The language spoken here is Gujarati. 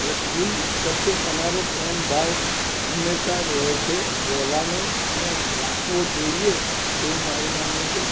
એટલે ફૂલ પ્રત્યે તમારો પ્રેમ ભાવ હંમેશા રહે છે રહેવાનો અને રાખવો જોઈએ એવું મારું માનવું છે